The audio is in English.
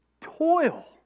toil